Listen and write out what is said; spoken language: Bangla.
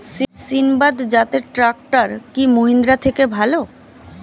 সিণবাদ জাতের ট্রাকটার কি মহিন্দ্রার থেকে ভালো?